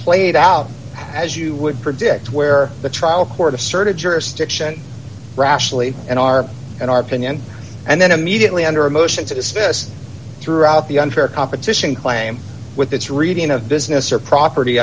played out as you would predict where the trial court asserted jurisdiction rationally and our and our opinion and then immediately under a motion to dismiss throughout the unfair competition claim with this reading of business or property